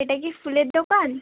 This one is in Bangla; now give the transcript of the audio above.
এটা কি ফুলের দোকান